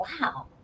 wow